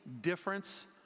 difference